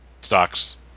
Stocks